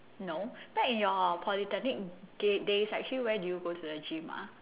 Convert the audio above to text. no back in your polytechnic day days actually where do you go to the gym ah